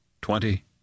Twenty